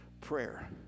Prayer